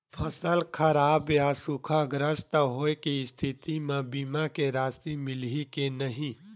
फसल खराब या सूखाग्रस्त होय के स्थिति म बीमा के राशि मिलही के नही?